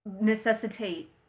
necessitate